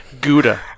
gouda